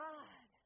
God